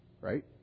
Right